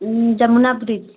Jamuna bridge